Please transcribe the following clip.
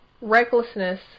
recklessness